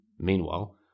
Meanwhile